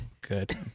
good